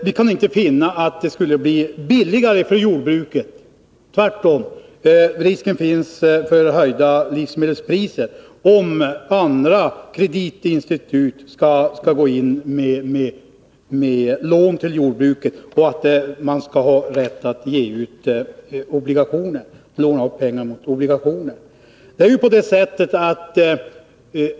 Vi kan inte finna att det skulle bli billigare för jordbruket — tvärtom; risken finns för höjda livsmedelspriser — att andra kreditinstitut går in med lån till jordbruket och får rätt att låna upp pengar mot obligationer.